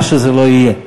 מה שזה לא יהיה.